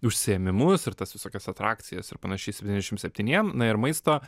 užsiėmimus ir tas visokias atrakcijas ir panašiai septyniasdešimt septyniems na ir maisto